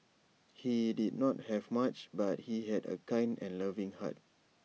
he did not have much but he had A kind and loving heart